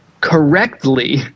correctly